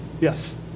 Yes